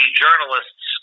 journalists